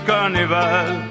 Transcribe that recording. Carnival